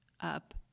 up